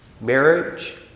marriage